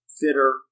fitter